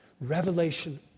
Revelation